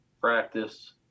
Practice